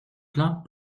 plans